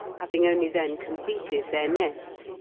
having only then completed their nest,